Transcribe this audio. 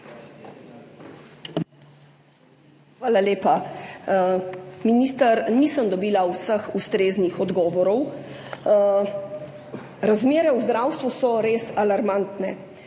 Hvala lepa. Minister, nisem dobila vseh ustreznih odgovorov. Razmere v zdravstvu so res alarmantne,